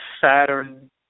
Saturn